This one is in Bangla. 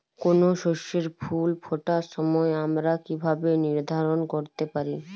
কোনো শস্যের ফুল ফোটার সময় আমরা কীভাবে নির্ধারন করতে পারি?